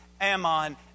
Ammon